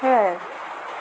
সেইয়াই